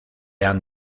han